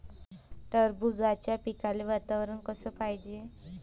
टरबूजाच्या पिकाले वातावरन कस पायजे?